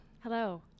hello